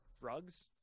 drugs